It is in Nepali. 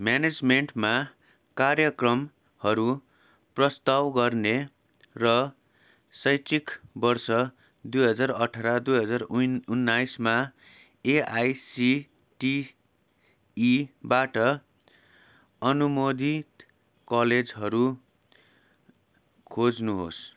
म्यानेजमेन्टमा कार्यक्रमहरू प्रस्ताव गर्ने र शैक्षिक वर्ष दुई हजार अठार दुई हजार उइन उन्नाइसमा एआइसिटिईबाट अनुमोदित कलेजहरू खोज्नुहोस्